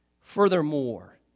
Furthermore